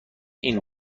این